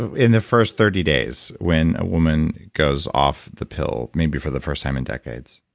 in the first thirty days when a woman goes off the pill, maybe for the first time in decades?